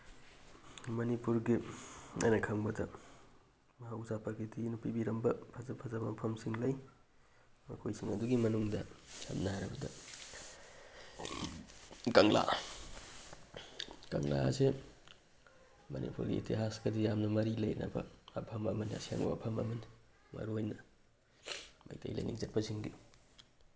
ꯃꯅꯤꯄꯨꯔꯒꯤ ꯑꯩꯅ ꯈꯪꯕꯗ ꯃꯍꯧꯁꯥ ꯄ꯭ꯔꯀꯤꯇꯤꯅ ꯄꯤꯕꯤꯔꯝꯕ ꯐꯖ ꯐꯖꯕ ꯃꯐꯝꯁꯤꯡ ꯂꯩ ꯃꯈꯣꯏꯁꯤꯡ ꯑꯗꯨꯒꯤ ꯃꯅꯨꯡꯗ ꯁꯝꯅ ꯍꯥꯏꯔꯕꯗ ꯀꯪꯂꯥ ꯀꯪꯂꯥ ꯑꯁꯤ ꯃꯅꯤꯄꯨꯔ ꯏꯇꯤꯍꯥꯁꯀꯗꯤ ꯌꯥꯝꯅ ꯃꯔꯤ ꯂꯩꯅꯕ ꯃꯐꯝ ꯑꯃꯅꯤ ꯑꯁꯦꯡꯕ ꯃꯐꯝ ꯑꯃꯅꯤ ꯃꯔꯨꯑꯣꯏꯅ ꯃꯩꯇꯩ ꯂꯥꯏꯅꯤꯡ ꯆꯠꯄꯁꯤꯡꯒꯤ